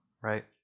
Right